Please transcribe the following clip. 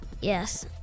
Yes